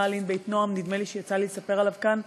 "אלין בית נועם" נדמה לי שיצא לי לספר עליו כאן.